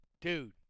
dude